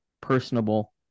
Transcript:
personable